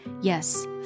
Yes